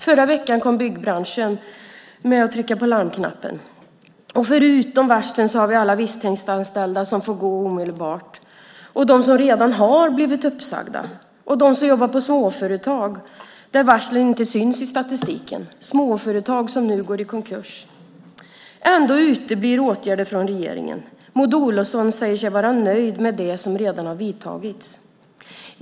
Förra veckan var det byggbranschen som tryckte på larmknappen. Förutom varslen har vi alla visstidsanställda som får gå omedelbart, de som redan har blivit uppsagda och de som jobbar på småföretag, där varslen inte syns i statistiken, småföretag som nu går i konkurs. Ändå uteblir åtgärder från regeringen. Maud Olofsson säger sig vara nöjd med det som redan har vidtagits.